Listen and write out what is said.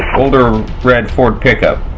older red ford pick-up.